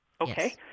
Okay